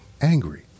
angry